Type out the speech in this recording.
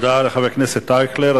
תודה לחבר הכנסת אייכלר.